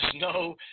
no –